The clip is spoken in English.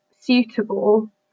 suitable